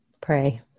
Pray